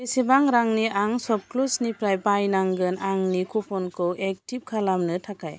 बेसेबां रांनि आं सपक्लुसनिफ्राय बायनांगोन आंनि कुपनखौ एक्टिभेट खालामनो थाखाय